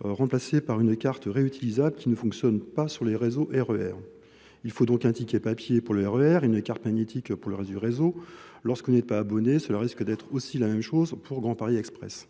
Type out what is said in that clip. remplacé par une carte réutilisable qui ne fonctionne pas sur les réseaux Ee R. Il faut donc un ticket papier pour le E R et une carte magnétique pour le réseau lorsqu'on n'est pas abonné Cela risque d'être aussi la même chose pour le grand Paris Express.